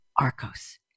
Arcos